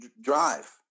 drive